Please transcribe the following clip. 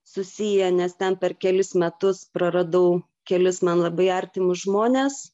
susiję nes ten per kelis metus praradau kelis man labai artimus žmones